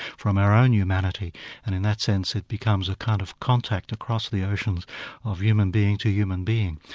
from our own humanity and in that sense it becomes a kind of contact across the oceans of human being to human being.